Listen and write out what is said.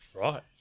Right